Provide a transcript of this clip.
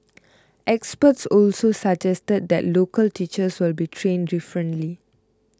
experts also suggested that local teachers will be trained differently